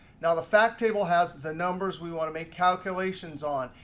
now, the fact table has the numbers we want to make calculations on.